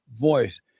Voice